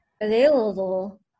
available